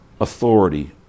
authority